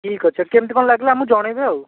ଠିକ୍ ଅଛି ଆଉ କେମିତି କ'ଣ ଲାଗିଲା ଆମକୁ ଜଣେଇବେ ଆଉ